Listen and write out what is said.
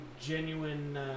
genuine